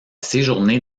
séjourné